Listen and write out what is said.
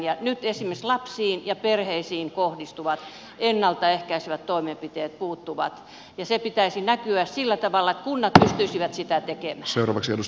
nyt esimerkiksi lapsiin ja perheisiin kohdistuvat ennalta ehkäisevät toimenpiteet puuttuvat ja sen pitäisi näkyä sillä tavalla että kunnat pystyisivät sitä tekemään